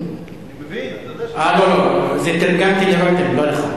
תרגמתי לרותם.